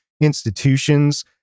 institutions